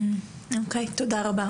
תודה רבה.